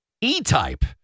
E-Type